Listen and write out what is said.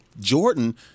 Jordan